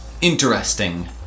interesting